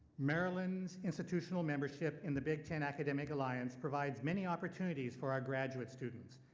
maryland's institutional membership and the big ten academic alliance provide many opportunities for our graduate students,